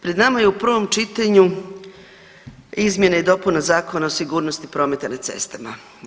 Pred nama je u prvom čitanju izmjena i dopuna Zakona o sigurnosti prometa na cestama.